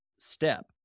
step